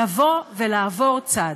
לבוא ולעבור צד.